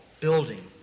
building